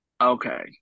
Okay